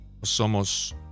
somos